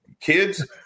kids